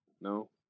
No